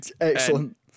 Excellent